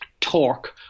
torque